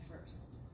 first